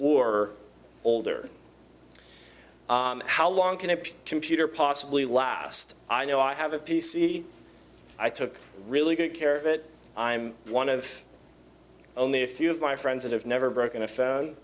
or older how long can a computer possibly last i know i have a p c i took really good care of it i'm one of only a few of my friends that have never broken a phone